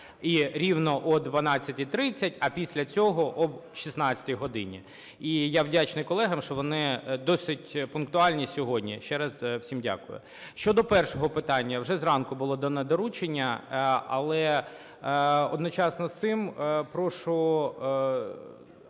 і рівно о 12:30, а після цього о 16 годині. І я вдячний колегам, що вони досить пунктуальні сьогодні. Ще раз всім дякую. Щодо першого питання. Вже зранку було дане доручення, але одночасно з цим прошу